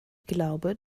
glaube